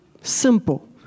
Simple